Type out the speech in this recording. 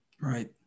Right